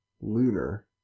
Lunar